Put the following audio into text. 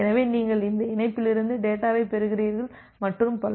எனவே நீங்கள் இந்த இணைப்பிலிருந்து டேட்டாவைப் பெறுகிறீர்கள் மற்றும் பல